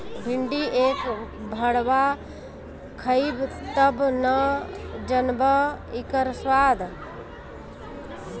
भिन्डी एक भरवा खइब तब न जनबअ इकर स्वाद